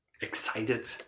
excited